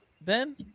Ben